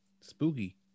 spooky